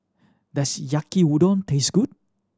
does Yaki Udon taste good